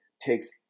takes